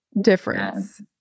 difference